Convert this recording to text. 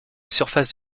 surface